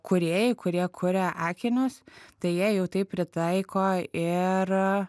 kūrėjai kurie kuria akinius tai jei jau tai pritaiko ir